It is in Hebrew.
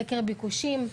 סקר ביקושים,